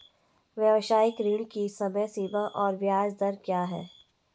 व्यावसायिक ऋण की समय सीमा और ब्याज दर क्या है?